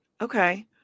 okay